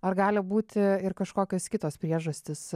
ar gali būti ir kažkokios kitos priežastys